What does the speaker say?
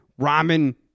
ramen